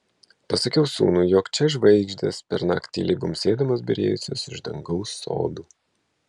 pasakiau sūnui jog čia žvaigždės pernakt tyliai bumbsėdamos byrėjusios iš dangaus sodų